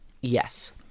Yes